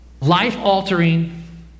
Life-altering